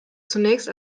zunächst